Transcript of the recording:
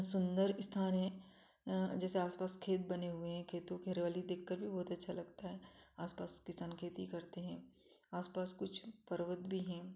सुंदर स्थान है जैसे आसपास खेत बने हुए हैं खेतों की हरियाली देखकर भी बहुत अच्छा लगता है आसपास किसान खेती करते हैं आसपास कुछ पर्वत भी हैं